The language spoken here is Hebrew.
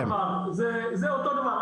זה אותו דבר.